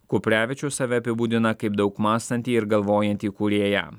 kuprevičius save apibūdina kaip daug mąstantį ir galvojantį kūrėją